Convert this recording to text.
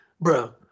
bro